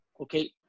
Okay